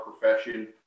profession